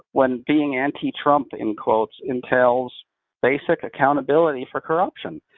when being anti-trump, in quotes, entails basic accountability for corruption.